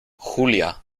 julia